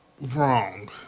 wrong